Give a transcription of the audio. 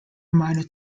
minor